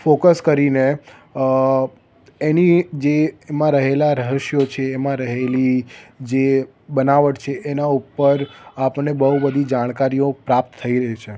focus કરીને એની જે એમાં રહેલાં રહસ્યો છે એમાં રહેલી જે બનાવટ છે એના ઉપર આપણને બહુ બધી જાણકારીઓ પ્રાપ્ત થઈ રહી છે